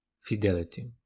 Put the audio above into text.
fidelity